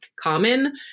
common